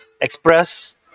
express